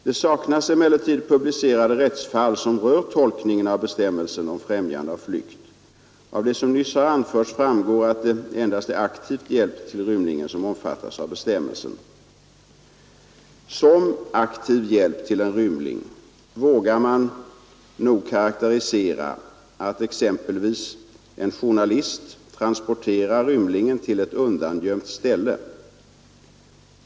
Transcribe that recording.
Det saknas emellertid publicerade rättsfall som rör tolkningen av bestämmelsen om främjande av flykt. Av det som nyss har anförts framgår att det endast är aktiv hjälp till rymlingen som omfattas av bestämmelsen Som aktiv hjälp till en rymling vågar man nog karakterisera att exempelvis en journalist transporterar rymlingen till ett undangömt ställe.